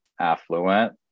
affluent